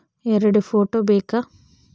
ಎರಡು ಫೋಟೋ ಬೇಕಾ?